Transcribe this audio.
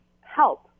help